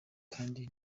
kandi